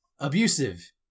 Abusive